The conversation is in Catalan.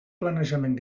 planejament